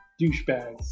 douchebags